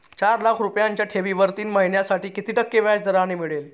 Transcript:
चार लाख रुपयांच्या ठेवीवर तीन महिन्यांसाठी किती टक्के व्याजदर मिळेल?